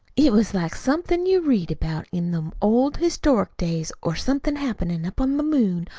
it was like somethin' you read about in them old histronic days, or somethin' happenin' up on the moon,